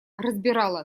разбирала